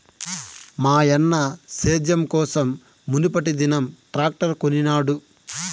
మాయన్న సేద్యం కోసం మునుపటిదినం ట్రాక్టర్ కొనినాడు